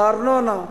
הארנונה,